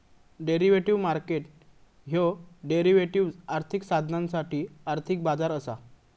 derivative market ह्यो derivatives, आर्थिक साधनांसाठी आर्थिक बाजार असा